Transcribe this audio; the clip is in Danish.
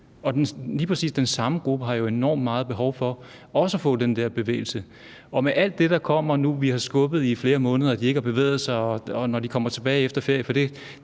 lige præcis den samme gruppe har jo enormt meget behov for også at få den der bevægelse. Og med alt det, som vi har skubbet i flere måneder, hvor de ikke har bevæget sig, er der, når de kommer tilbage efter ferien